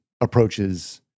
approaches